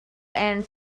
and